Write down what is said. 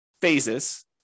phases